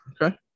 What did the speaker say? Okay